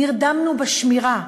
נרדמנו בשמירה.